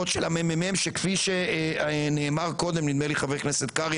המ.מ.מ שכפי שאמר קודם חבר הכנסת קרעי